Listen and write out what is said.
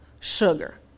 sugar